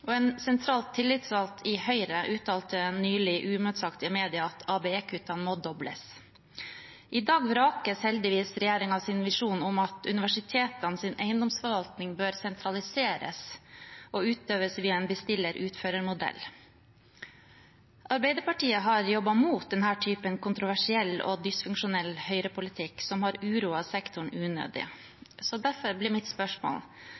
En sentral tillitsvalgt i Høyre uttalte nylig uimotsagt i media at ABE-kuttene må dobles. I dag vrakes heldigvis regjeringens visjon om at universitetenes eiendomsforvaltning bør sentraliseres og utøves via en bestiller–utfører-modell. Arbeiderpartiet har jobbet mot denne typen kontroversiell og dysfunksjonell høyrepolitikk, som har uroet sektoren unødig. Derfor blir mitt spørsmål: